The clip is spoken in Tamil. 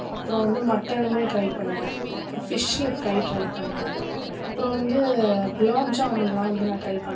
அப்றம் வந்து மட்டனுமே ட்ரை பண்ணேன் ஃபிஷ் ஃப்ரை ட்ரை பண்ணேன் அப்றம் வந்து குலாப் ஜாமுன்லாம் வந்து நான் ட்ரை பண்ணேன்